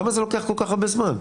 אז למה זה לוקח כל כך הרבה זמן?